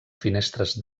finestres